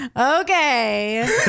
Okay